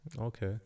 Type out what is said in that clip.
Okay